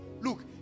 Look